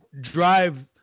drive